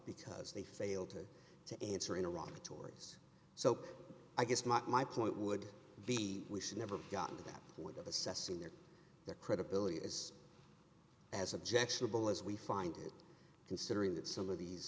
because they failed to answer in iraq toward so i guess my point would be we should never have gotten to that point of assessing their their credibility is as objectionable as we find it considering that some of these